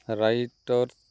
writer